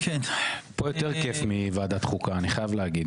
אני חייב להגיד